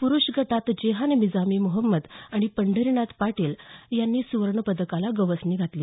पुरुष गटात जेहान मिझामी मोहम्मद आणि पंढरीनाथ पाटील यांनी सुवर्णपदकाला गवसणी घातली